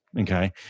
okay